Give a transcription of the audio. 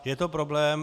Je to problém.